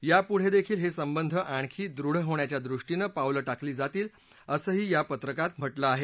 या पुढे देखील हे संबंध आणखी दृढ होण्याच्या दृष्टीनं पावलं टाकली जातील असंही या पत्रकात म्हटलं आहे